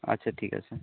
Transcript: আচ্ছা ঠিক আছে